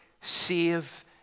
save